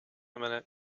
minute